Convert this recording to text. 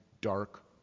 dark